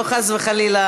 לא חס וחלילה,